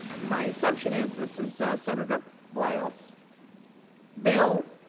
my assumption is this is senator boyle's bill,